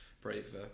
Brave